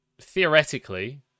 theoretically